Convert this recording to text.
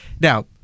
Now